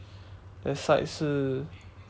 that side 是